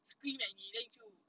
scream at 你 then 你就